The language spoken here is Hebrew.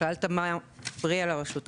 שאלת מה מפריע לנו.